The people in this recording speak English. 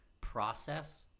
process